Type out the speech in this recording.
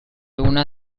una